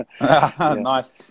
Nice